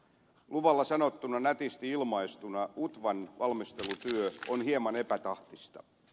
luvalla sanottuna nätisti ilmaistuna utvan valmistelutyö on hieman epätahtista